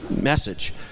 message